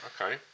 okay